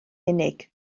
unig